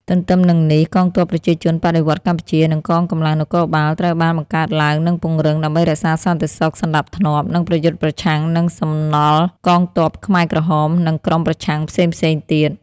ទទ្ទឹមនឹងនេះ កងទ័ពប្រជាជនបដិវត្តន៍កម្ពុជា និងកងកម្លាំងនគរបាលត្រូវបានបង្កើតឡើង និងពង្រឹង ដើម្បីរក្សាសន្តិសុខ សណ្ដាប់ធ្នាប់ និងប្រយុទ្ធប្រឆាំងនឹងសំណល់កងទ័ពខ្មែរក្រហម និងក្រុមប្រឆាំងផ្សេងៗទៀត។